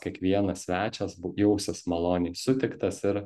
kiekvienas svečias jausis maloniai sutiktas ir